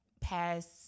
past